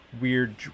weird